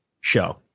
show